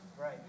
Right